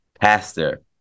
Pastor